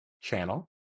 channel